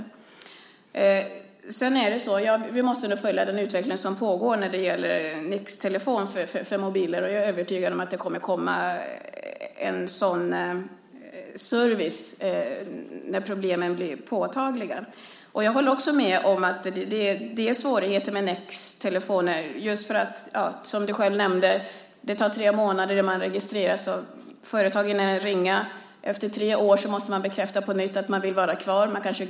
När det gäller Nix-Telefon för mobiler måste vi följa den utveckling som pågår. Jag är övertygad om att det kommer en sådan service när problemen blir påtagliga. Jag håller också med om att det är svårigheter med Nix-Telefon. Som du själv nämnde tar det tre månader innan man registreras, och då hinner företagen ringa. Efter tre år måste man bekräfta att man vill vara kvar i registret.